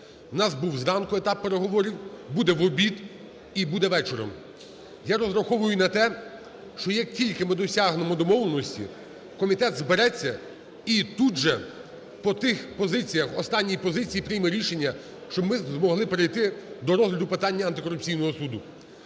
У нас був зранку етап переговорів, буде в обід і буде вечором. Я розраховую на те, що як тільки ми досягнемо домовленості, комітет збереться і тут же по тих позиціях, останній позиції, прийме рішення, щоб ми змогли перейти до розгляду питання антикорупційного суду.